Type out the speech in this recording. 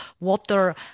water